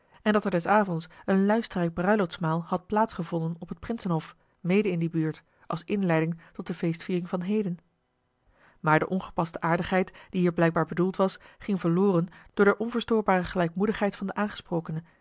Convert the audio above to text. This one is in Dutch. en dat er des avonds een luisterrijk bruiloftsmaal had plaats gevonden op het prinsenhof mede in die buurt als inleiding tot de feestviering van heden maar de ongepaste aardigheid die hier blijkbaar bedoeld was ging verloren door de onverstoorbare gelijkmoedigheid van den aangesprokene